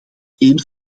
één